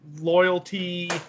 loyalty